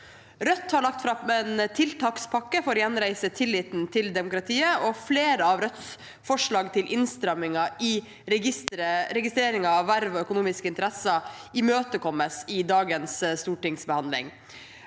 Rødt har lagt fram en tiltakspakke for å gjenreise tilliten til demokratiet, og flere av Rødts forslag til innstramminger i registreringen av verv og økonomiske interesser imøtekommes i dagens stortingsbehandling.